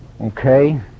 Okay